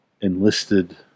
enlisted